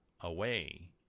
away